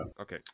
Okay